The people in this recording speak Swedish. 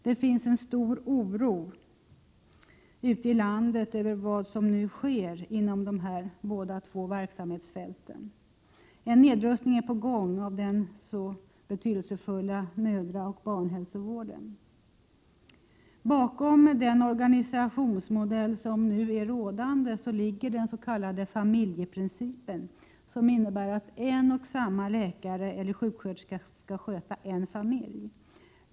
Det finns en stor oro ute i landet över vad som nu sker inom dessa båda verksamhetsfält. En nedrustning är på gång av den så betydelsefulla mödraoch barnhälsovården. Bakom den nu rådande organisationsmodellen ligger den s.k. familjeprin cipen, som innebär att en och samma läkare eller sjuksköterska skall sköta en familj.